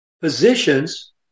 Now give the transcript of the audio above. positions